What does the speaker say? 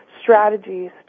strategies